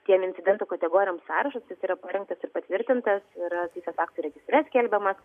tiem incidentų kategorijoms sąrašas jis yra parengtas ir patvirtintas yra teisės aktų registre skelbiamas